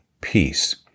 peace